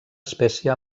espècie